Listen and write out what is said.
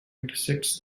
intersects